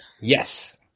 Yes